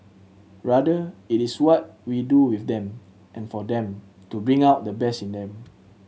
rather it is what we do with them and for them to bring out the best in them